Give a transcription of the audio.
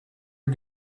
you